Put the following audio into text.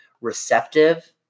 receptive